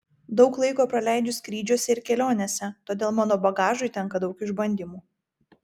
daug laiko praleidžiu skrydžiuose ir kelionėse todėl mano bagažui tenka daug išbandymų